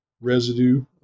residue